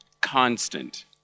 constant